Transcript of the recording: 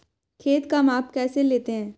खेत का माप कैसे लेते हैं?